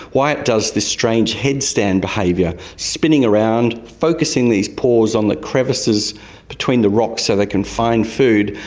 why it does this strange headstand behaviour, spinning around, focusing these pores on the crevices between the rocks so they can find food.